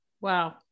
Wow